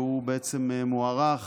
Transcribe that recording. והוא בעצם מוארך